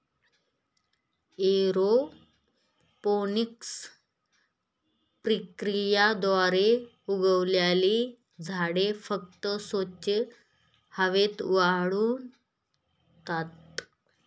aeroponics प्रक्रियेद्वारे उगवलेली झाडे फक्त स्वच्छ हवेत वाढतात